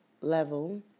level